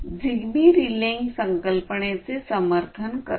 Zigbee relaying संकल्पनेचे समर्थन करते